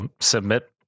submit